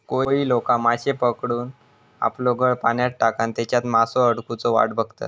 कोळी लोका माश्ये पकडूक आपलो गळ पाण्यात टाकान तेच्यात मासो अडकुची वाट बघतत